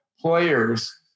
players